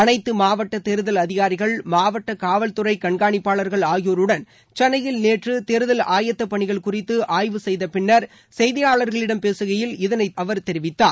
அனைத்து மாவட்ட தேர்தல் அதிகாரிகள் மாவட்ட காவல்துறை கண்காணிப்பாளர்கள் ஆகியோருடன் சென்னையில் நேற்று தேர்தல் ஆயத்தப் பணிகள் குறித்து ஆய்வு செய்தபின்னர் செய்தியாளர்களிடம் பேசுகையில் இதனை அவர் தெரிவித்தார்